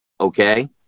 okay